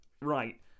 right